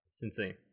insane